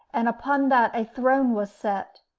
and upon that a throne was set.